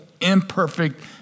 imperfect